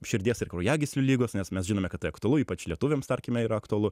širdies ir kraujagyslių ligos nes mes žinome kad tai aktualu ypač lietuviams tarkime yra aktualu